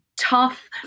tough